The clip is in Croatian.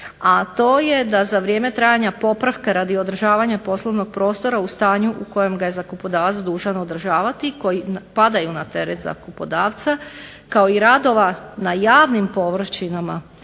a to je da za vrijeme trajanja popravka radi održavanja poslovnog prostora u stanju u kojem ga je zakupodavac dužan održavati koji padaju na teret zakupodavca kao i radova na javnim površinama,